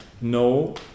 no